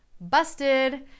Busted